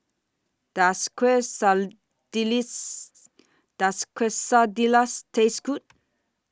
Does Quesadillas Taste Good